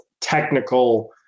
technical